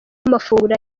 amafunguro